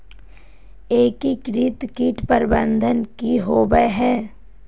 एकीकृत कीट प्रबंधन की होवय हैय?